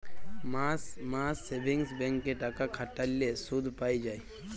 মাস মাস savings bank এ টাকা খাটাল্যে শুধ পাই যায়